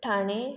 Thane